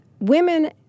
Women